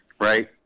right